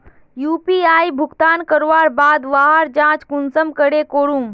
UPI भुगतान करवार बाद वहार जाँच कुंसम करे करूम?